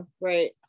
right